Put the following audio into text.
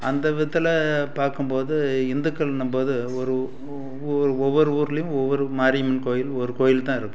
அந்த விதத்தில் பார்க்கும்போது இந்துக்கள் இன்னும்போது ஒரு ஊ ஊ ஒவ்வொரு ஊருலேயும் ஒவ்வொரு மாரியம்மன் கோயில் ஒரு கோயில்தான் இருக்கும்